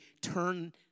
turn